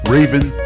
Raven